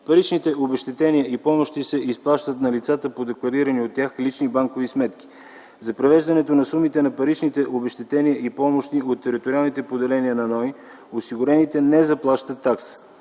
Паричните обезщетения и помощи се изплащат на лицата по декларирани от тях лични банкови сметки. За превеждането на сумите на паричните обезщетения и помощи от териториалните поделения на НОИ осигурените не заплащат такса.